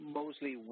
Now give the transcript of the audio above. mostly